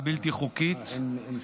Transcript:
הלנה והעסקה שלא כדין של שוהים בלתי חוקיים),